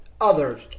others